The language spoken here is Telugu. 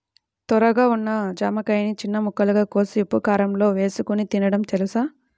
ధోరగా ఉన్న జామకాయని చిన్న ముక్కలుగా కోసి ఉప్పుకారంలో ఏసుకొని తినడం తెలుసా?